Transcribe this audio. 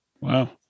Wow